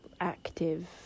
active